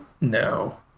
No